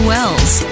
Wells